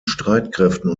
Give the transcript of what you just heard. streitkräften